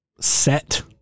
set